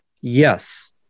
Yes